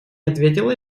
ответила